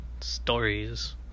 stories